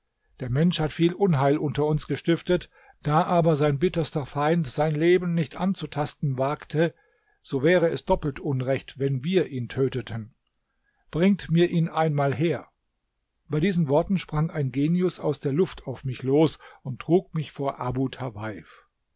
der mensch hat viel unheil unter uns gestiftet da aber sein bitterster feind sein leben nicht anzutasten wagte so wäre es doppelt unrecht wenn wir ihn töteten bringt mir ihn einmal her bei diesen worten sprang ein genius aus der luft auf mich los und trug mich vor abu tawaif